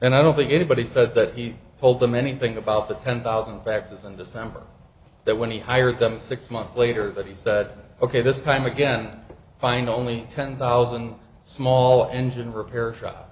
and i don't think anybody said that he told them anything about the ten thousand faxes and december that when he hired them six months later that he said ok this time again find only ten thousand small engine repair shop